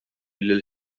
lill